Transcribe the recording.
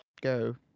go